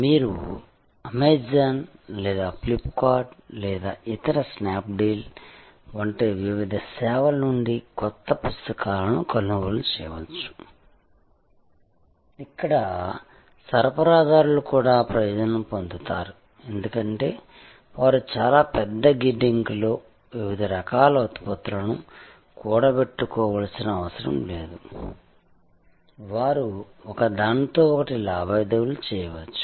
మీరు అమెజాన్ లేదా ఫ్లిప్కార్ట్ లేదా ఇతర స్నాప్ డీల్ వంటి వివిధ సేవల నుండి కొత్త పుస్తకాలను కొనుగోలు చేయవచ్చు ఇక్కడ సరఫరాదారులు కూడా ప్రయోజనం పొందుతారు ఎందుకంటే వారు చాలా పెద్ద గిడ్డంగిలో వివిధ రకాల ఉత్పత్తులను కూడబెట్టుకోవాల్సిన అవసరం లేదు వారు ఒకదానితో ఒకటి లావాదేవీలు చేయవచ్చు